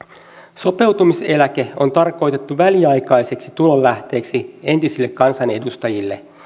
sopeutumiseläke on tarkoitettu väliaikaiseksi tulonlähteeksi entisille kansanedustajille